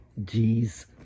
Jeez